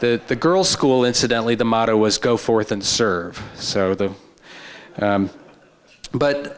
the girls school incidentally the motto was go forth and serve so the but